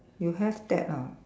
you have that ah